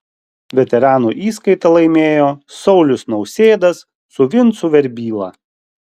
veteranų įskaitą laimėjo saulius nausėdas su vincu verbyla